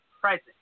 present